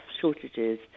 shortages